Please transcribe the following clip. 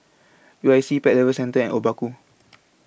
U I C Pet Lovers Centre and Obaku